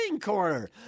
corner